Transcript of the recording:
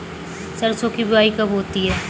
सरसों की बुआई कब होती है?